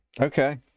okay